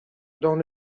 dans